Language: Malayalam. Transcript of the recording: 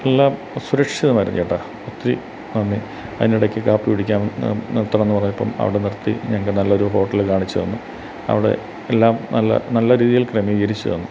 എല്ലാം സുരക്ഷിതമായിരുന്നു ചേട്ടാ ഒത്തിരി നന്ദി അതിനിടക്ക് കാപ്പി കുടിക്കാനും നിർ നിർത്തണമെന്നു പറഞ്ഞപ്പോൾ അവിടെ നിർത്തി ഞങ്ങൾക്കു നല്ലൊരു ഹോട്ടൽ കാണിച്ചു തന്നു അവിടെ എല്ലാം നല്ല നല്ല രീതിയിൽ ക്രമീകരിച്ചു തന്നു